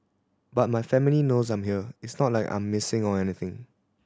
but my family knows I'm here it's not like I'm missing or anything